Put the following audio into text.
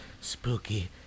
spooky